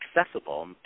accessible